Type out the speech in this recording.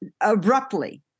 abruptly